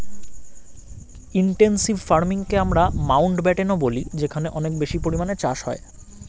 intensive ফার্মিংকে আমরা মাউন্টব্যাটেনও বলি যেখানে অনেক বেশি পরিমাণে চাষ হয়